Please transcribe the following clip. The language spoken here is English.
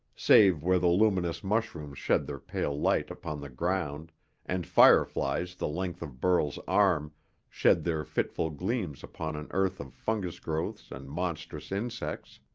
save where the luminous mushrooms shed their pale light upon the ground and fireflies the length of burl's arm shed their fitful gleams upon an earth of fungus growths and monstrous insects.